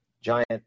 giant